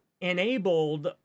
enabled